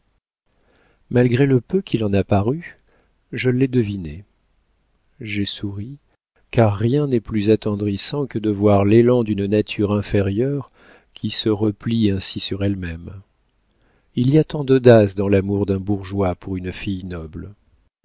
malgré le peu qu'il en a paru je l'ai deviné j'ai souri car rien n'est plus attendrissant que de voir l'élan d'une nature inférieure qui se replie ainsi sur elle-même il y a tant d'audace dans l'amour d'un bourgeois pour une fille noble